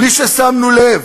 בלי ששמנו לב,